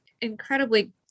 incredibly